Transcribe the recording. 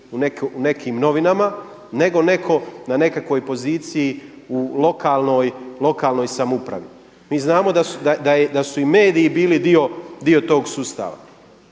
u nekim novinama nego neko na nekakvoj poziciji u lokalnoj samoupravi. Mi znamo da su i mediji bili dio tog sustava.